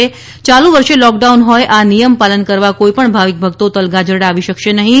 યાલુ વર્ષે લોકડાઉન હોય આ નિયમ પાલન કરવા કોઇપણ ભાવિક ભક્તો તલગાજરડા આવી શકશે નહીં